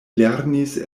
lernis